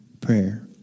prayer